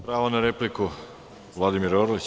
Pravo na repliku, Vladimir Orlić.